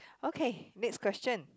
okay next question